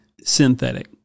synthetic